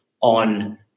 on